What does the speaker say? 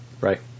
Right